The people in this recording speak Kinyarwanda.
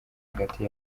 hagati